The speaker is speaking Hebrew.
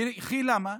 ולמה?